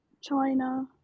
China